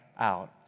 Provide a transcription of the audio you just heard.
out